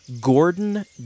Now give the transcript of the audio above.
Gordon